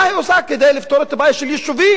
מה היא עושה כדי לפתור את הבעיה של יישובים,